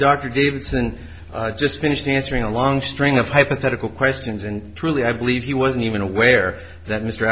dr davidson just finished answering a long string of hypothetical questions and truly i believe he wasn't even aware that mr